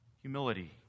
humility